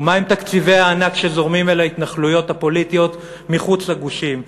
ומה עם תקציבי הענק שזורמים אל ההתנחלויות הפוליטיות מחוץ לגושים?